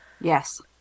Yes